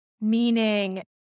meaning